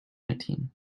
nineteen